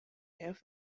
half